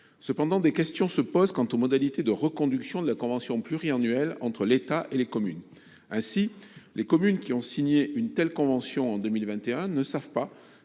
Cependant, des questions se posent quant aux modalités de la reconduction de la convention pluriannuelle entre l’État et les communes. Ainsi, les communes qui ont signé une telle convention en 2021 ne savent pas